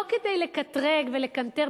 לא כדי לקטרג ולקנטר,